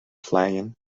playing